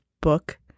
book